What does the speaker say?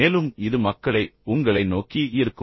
மேலும் இது மக்களை உங்களை நோக்கி ஈர்க்கும்